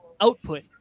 output